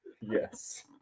Yes